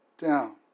down